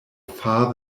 far